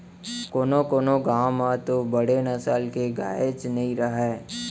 कोनों कोनों गॉँव म तो बड़े नसल के गायेच नइ रहय